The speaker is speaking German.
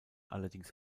allerdings